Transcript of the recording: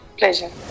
pleasure।